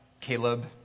Caleb